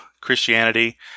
christianity